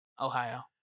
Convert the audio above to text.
Ohio